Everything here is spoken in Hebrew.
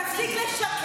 תפסיק לשקר.